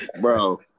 Bro